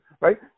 right